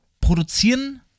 produzieren